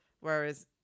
whereas